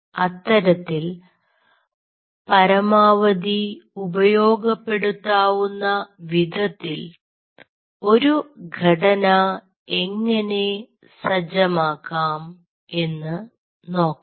അത്തരത്തിൽ പരമാവധി ഉപയോഗപ്പെടുത്താവുന്ന വിധത്തിൽ ഒരു ഘടന എങ്ങനെ സജ്ജമാക്കാം എന്ന് നോക്കാം